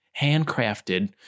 handcrafted